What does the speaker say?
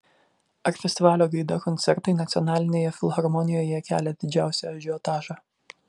ar festivalio gaida koncertai nacionalinėje filharmonijoje kelia didžiausią ažiotažą